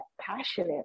passionate